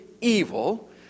evil